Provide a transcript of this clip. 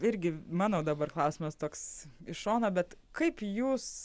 irgi manau dabar klausimas toks iš šono bet kaip jūs